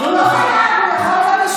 הוא לא חייב לי,